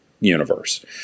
universe